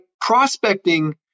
prospecting